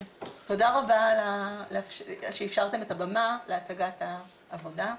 תודה רבה שאפשרתם את הבמה להצגת העבודה,